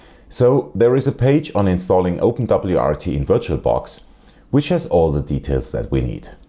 so there is a page on installing openwrt but ah in virtualbox which has all the details that we need.